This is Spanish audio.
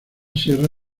sierra